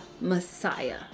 Messiah